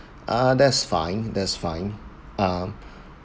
ah that's fine that's fine um